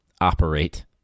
operate